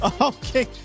Okay